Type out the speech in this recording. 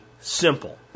simple